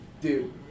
Dude